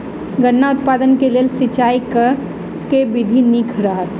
गन्ना उत्पादन केँ लेल सिंचाईक केँ विधि नीक रहत?